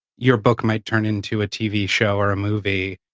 your book might turn into a tv show or a movie.